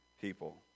people